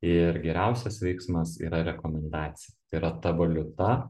ir geriausias veiksmas yra rekomendacija tai yra ta valiuta